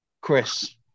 Chris